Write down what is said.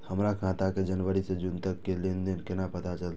हमर खाता के जनवरी से जून तक के लेन देन केना पता चलते?